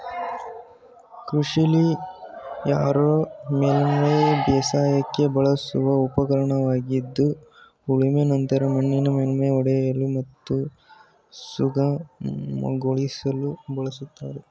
ಕೃಷಿಲಿ ಹಾರೋ ಮೇಲ್ಮೈ ಬೇಸಾಯಕ್ಕೆ ಬಳಸುವ ಉಪಕರಣವಾಗಿದ್ದು ಉಳುಮೆ ನಂತರ ಮಣ್ಣಿನ ಮೇಲ್ಮೈ ಒಡೆಯಲು ಮತ್ತು ಸುಗಮಗೊಳಿಸಲು ಬಳಸ್ತಾರೆ